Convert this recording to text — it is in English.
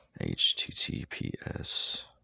HTTPS